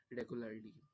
regularly